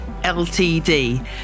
ltd